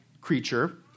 creature